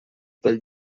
pel